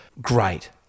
great